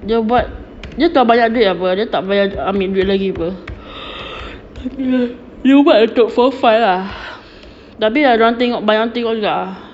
dia buat dia tak banyak duit ah buat dia tak banyak ambil duit lagi [pe] umi buat untuk for fun lah tapi ada orang tengok juga lah